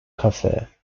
cafe